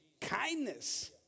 Kindness